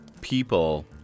people